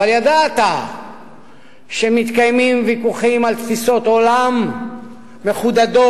אבל ידעת שמתקיימים ויכוחים על תפיסות עולם מחודדות,